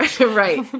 right